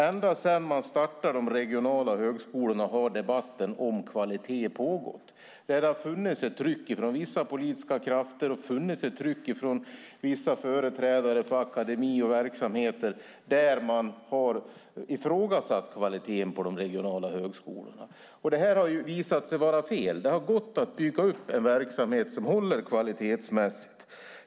Ända sedan man startade de regionala högskolorna har debatten om kvalitet pågått, och det har funnits ett tryck från vissa politiska krafter och från vissa företrädare för akademier och verksamheter som har ifrågasatt kvaliteten på de regionala högskolorna. Det har visat sig vara fel. Det har gått att bygga upp en verksamhet som håller kvalitetsmässigt.